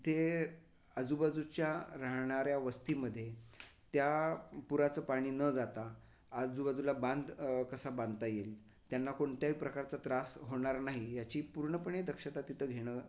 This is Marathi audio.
तिथे आजूबाजूच्या राहणाऱ्या वस्तीमध्ये त्या पुराचं पाणी न जाता आजूबाजूला बांध कसा बांधता येईल त्यांना कोणत्याही प्रकारचा त्रास होणार नाही याची पूर्णपणे दक्षता तिथं घेणं